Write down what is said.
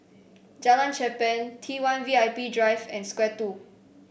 Jalan Cherpen T one VIP Drive and Square Two